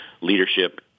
leadership